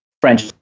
French